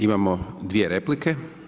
Imamo dvije replike.